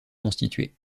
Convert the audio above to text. constituées